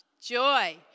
Joy